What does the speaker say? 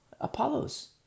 Apollos